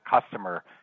customer